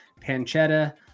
pancetta